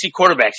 quarterbacks